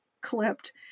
clipped